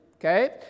okay